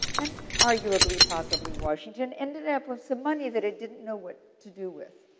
an arguably possibly washington, ended up with some money that it didn't know what to do with.